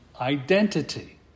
identity